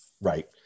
Right